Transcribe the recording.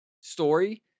story